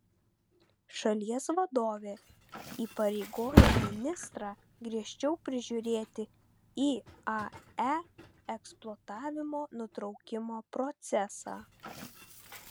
šalies vadovė įpareigojo ministrą griežčiau prižiūrėti iae eksploatavimo nutraukimo procesą